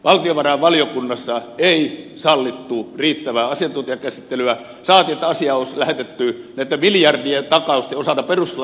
valtiovarainvaliokunnassa ei sallittu riittävää asiantuntijakäsittelyä saati että asia olisi lähetetty näitten miljardien takausten osalta perustuslakivaliokunnan käsittelyyn